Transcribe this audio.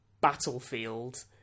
battlefield